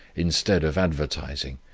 instead of advertising,